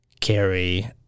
carry